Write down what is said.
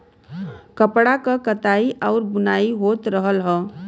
कपड़ा क कताई आउर बुनाई होत रहल हौ